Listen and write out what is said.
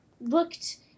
looked